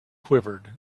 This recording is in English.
quivered